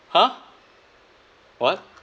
!huh! what